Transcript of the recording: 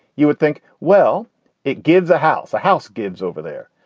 you would think. well it gives a house. a house. gives over there.